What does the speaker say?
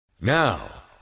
Now